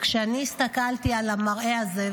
כשאני הסתכלתי על המראה הזה,